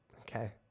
Okay